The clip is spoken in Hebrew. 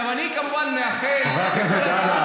עכשיו, אני כמובן מאחל, חבר הכנסת,